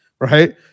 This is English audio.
right